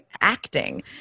acting